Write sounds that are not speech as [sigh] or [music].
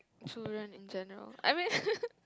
children in general I mean [laughs]